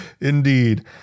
indeed